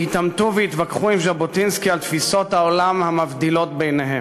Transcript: התעמתו והתווכחו עם ז'בוטינסקי על תפיסות העולם המבדילות ביניהם.